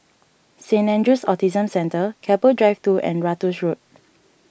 Saint andrew's Autism Centre Keppel Drive two and Ratus Road